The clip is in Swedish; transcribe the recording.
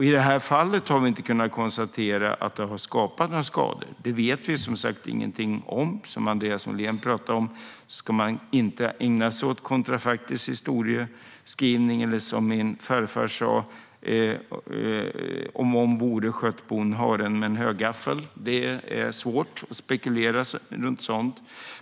I det här fallet har vi inte kunnat konstatera att det har orsakat några skador. Det vet vi som sagt ingenting om. Som Andreas Norlén pratar om ska man inte ägna sig åt kontrafaktisk historieskrivning, eller som min farfar sa: Om om vore sköt bonn haren med en högaffel. Det är svårt att spekulera runt sådant.